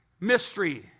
mystery